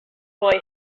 boy